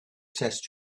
test